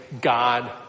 God